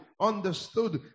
understood